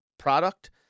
product